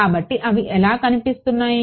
కాబట్టి అవి ఎలా కనిపిస్తాయి